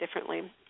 differently